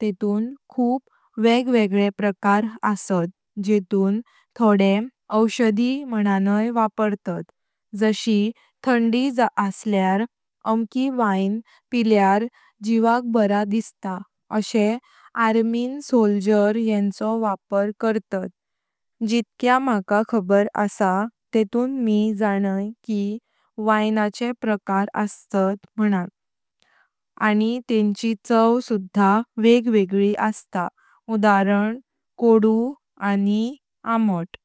तेंतून खूप वेगळे प्रकार आस्तात जेतून थोडे औषधी माणणाय वापरतात जाशी तांदी असल्यार आमकी वाइन पिल्यार जीवाक बरा दिसता आसे आर्मीं सोल्जर येंचो वापर करतात। जितक्यां माका खबर आसा तेतून मी जाणाय की वाइन प्रकार आस्तात माणण तेंची चव सुधा वेग वेगळी आस्ता उदाहरण कोडू आनी आमात।